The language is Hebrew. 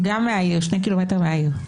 שני קילומטר מהעיר.